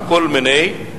וכל מיני.